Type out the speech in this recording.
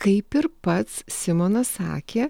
kaip ir pats simonas sakė